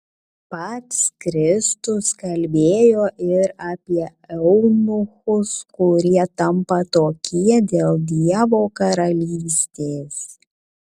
pats kristus kalbėjo ir apie eunuchus kurie tampa tokie dėl dievo karalystės